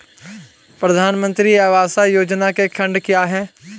प्रधानमंत्री आवास योजना के खंड क्या हैं?